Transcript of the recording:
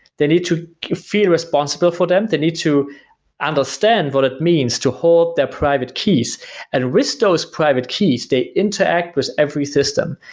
they need to feel responsible for them, they need to understand what it means to hold their private keys and risk those private keys. they interact with every system.